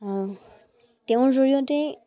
তেওঁৰ জৰিয়তে